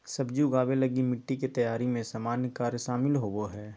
सब्जी उगाबे लगी मिटटी के तैयारी में सामान्य कार्य शामिल होबो हइ